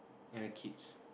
and a kids